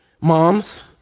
Moms